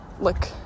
look